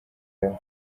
yabo